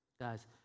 Guys